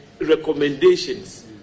recommendations